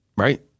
Right